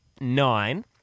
nine